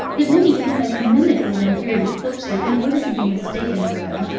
that many insects mimic the lampyridae closely, in order to be mistaken for them,